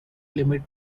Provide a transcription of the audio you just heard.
limit